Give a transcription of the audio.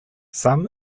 some